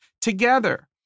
together